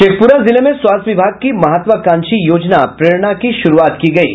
शेखपुरा जिले में स्वास्थ्य विभाग की महत्वाकांक्षी योजना प्रेरणा की शुरूआत की गयी